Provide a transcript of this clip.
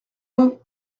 long